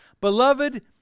Beloved